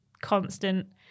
constant